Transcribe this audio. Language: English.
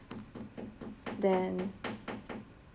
then